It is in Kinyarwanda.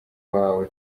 wawe